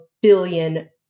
billion